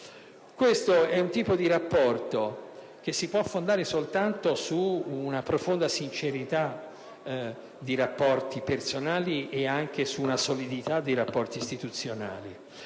Questo tipo di rapporto si può fondare soltanto su una profonda sincerità nei rapporti personali e sulla solidità dei rapporti istituzionali.